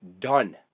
done